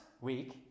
week